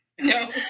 No